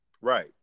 Right